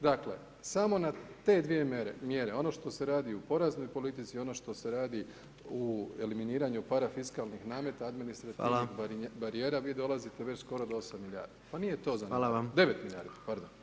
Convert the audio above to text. Dakle, samo na te dvije mjere, ono što se radi u poreznoj politici, ono što se radi u eliminiranju parafiskalnih nameta, administrativnih [[Upadica: Hvala]] barijera, vi dolazite već skoro do 8 milijardi, pa nije to zanemarivo, [[Upadica: Hvala vam]] 9 milijardi, pardon.